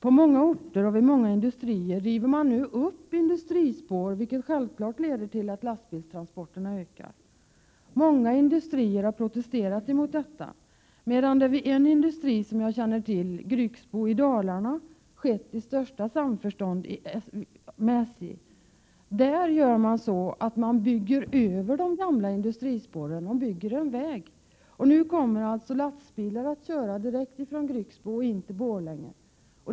På många orter och vid många industrier river man upp industrispår, vilket självklart leder till att lastbilstransporterna ökar. Många industrier har protesterat mot detta, medan det vid en industri som jag känner till, Grycksbo i Dalarna, skett i största samförstånd med SJ. Där bygger man över de gamla industrispåren med en väg. Nu kommer alltså lastbilar att köra direkt från Grycksbo in till Borlänge.